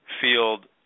field